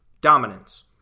Dominance